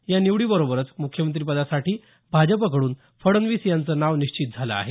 या निवडीबरोबरच मुख्यमंत्रीपदासाठी भाजपकडून फडणवीस यांचं नाव निश्चित झालं आहे